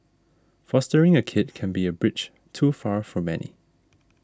fostering a kid can be a bridge too far for many